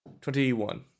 Twenty-one